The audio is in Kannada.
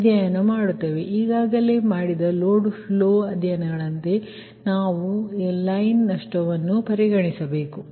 ಈಗ ನೀವು ಈಗಾಗಲೇ ಮಾಡಿದ ಲೋಡ್ ಫ್ಲೋ ಅಧ್ಯಯನಗಳಂತೆ ನಾವು ಈಗಾಗಲೇ ಲೈನ್ ನಷ್ಟವನ್ನು ಪರಿಗಣಿಸಬೇಕು